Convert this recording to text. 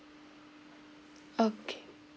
okay